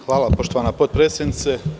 Hvala poštovana potpredsednice.